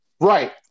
Right